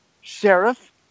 sheriff